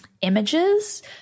images